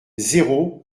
zéro